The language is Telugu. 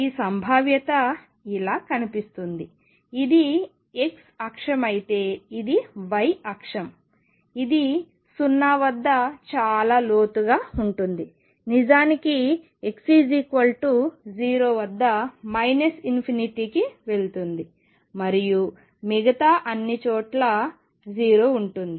ఈ సంభావ్యత ఇలా కనిపిస్తుంది ఇది x అక్షం అయితే ఇది y అక్షం ఇది 0 వద్ద చాలా లోతుగా ఉంటుంది నిజానికి x 0 వద్ద ∞ కి వెళ్తుంది మరియు మిగతా అన్నిచోట్ల 0 ఉంటుంది